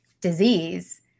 disease